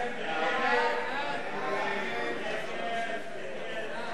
הצעת סיעות